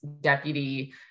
deputy